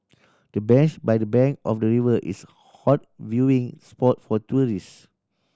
the bench by the bank of the river is hot viewing spot for tourist